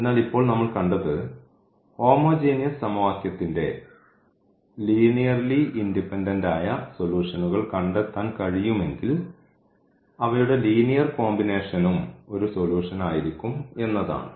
അതിനാൽ ഇപ്പോൾ നമ്മൾ കണ്ടത് ഹോമോജീനിയസ് സമവാക്യത്തിന്റെ ലീനിയർലി ഇൻഡിപെൻഡൻറ് ആയ സൊല്യൂഷൻകൾ കണ്ടെത്താൻ കഴിയുമെങ്കിൽ അവയുടെ ലീനിയർ കോമ്പിനേഷനും ഒരു സൊലൂഷൻ ആയിരിക്കും എന്നതാണ്